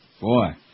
Boy